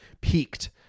peaked